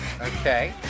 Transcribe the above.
Okay